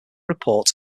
report